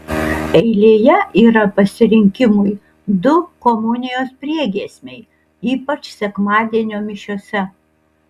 eilėje yra pasirinkimui du komunijos priegiesmiai ypač sekmadienio mišiose